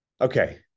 okay